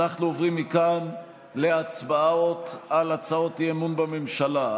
אנחנו עוברים מכאן להצבעות על הצעות אי-אמון בממשלה.